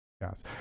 Yes